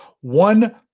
one